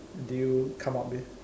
do you come up with